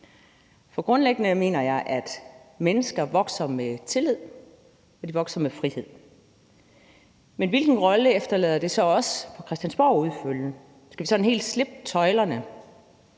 Grundlæggende mener jeg, at mennesker vokser med tillid, og at de vokser med frihed. Men hvilken rolle efterlader det så os på Christiansborg til at udfylde? Skal vi sådan helt slippe tøjlerne?